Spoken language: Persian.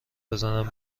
بزنن